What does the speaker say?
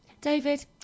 David